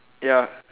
ya